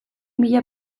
mila